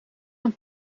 dan